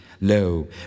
Lo